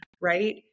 right